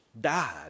died